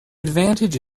advantage